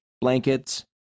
blankets